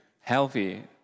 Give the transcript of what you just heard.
healthy